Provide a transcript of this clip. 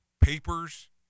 papers